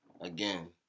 again